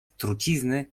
trucizny